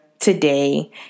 today